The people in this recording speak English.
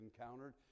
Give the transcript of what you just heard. encountered